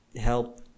help